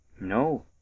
No